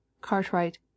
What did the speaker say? Cartwright